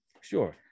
sure